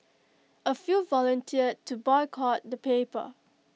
A few volunteered to boycott the paper